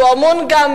שאמון גם,